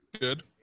Good